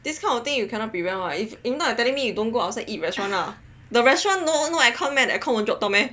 this kind of thing you cannot prevent [what] if if not you're telling me you don't go outside eat restaurant how the restaurant no aircon meh the aircon won't drop down meh